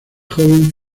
joven